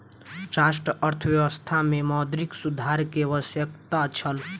राष्ट्रक अर्थव्यवस्था में मौद्रिक सुधार के आवश्यकता छल